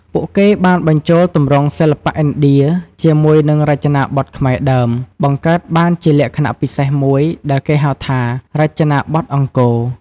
ពួកគេបានបញ្ចូលទម្រង់សិល្បៈឥណ្ឌាជាមួយនឹងរចនាបថខ្មែរដើម បង្កើតបានជាលក្ខណៈពិសេសមួយដែលគេហៅថា "រចនាបថអង្គរ"។